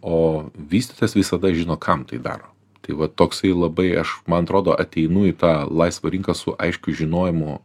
o vystytojas visada žino kam tai daro tai va toksai labai aš man atrodo ateinu į tą laisvą rinką su aiškiu žinojimu